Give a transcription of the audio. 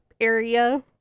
area